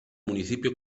municipio